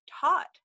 taught